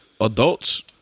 adults